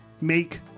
make